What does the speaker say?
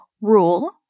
Rule